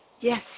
Yes